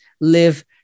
live